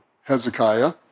Hezekiah